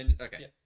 Okay